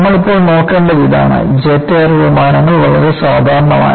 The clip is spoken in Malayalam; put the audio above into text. നമ്മൾ ഇപ്പോൾ നോക്കേണ്ടത് ഇതാണ് ജെറ്റ് എയർ വിമാനങ്ങൾ വളരെ സാധാരണമാണ്